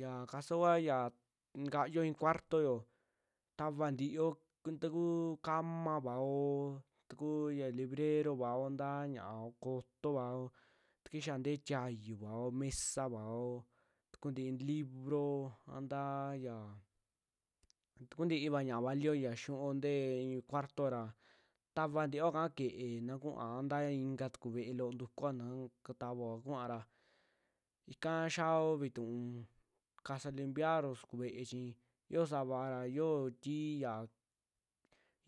Yaa kasoo kuaa ya, ntakayuo i'in cuartoyo tavaa ntiiyo ta kuu kamavaao, ta kuu librerobao ntaa ña'a ntaa ko'oto vao, takixia ntee tiayuvao, mesavao ta kuntii libro a nta'a kaya ta kuuntiva ñaa'a valio ya xinuo ntee i'i cuartoo ra tavantiio aka ke'e na kuua ntaa ikaa tuku vee'e loo ntukuo na katavoa kuua ra, ika xiaao vituu kasa limpiar'o suku vee'e chi yoo savara xio ti'iya k-